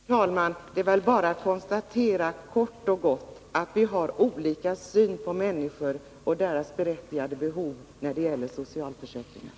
Herr talman! Det är väl bara att kort och gott konstatera att vi har olika syn på människor och deras berättigade behov när det gäller socialförsäkringar.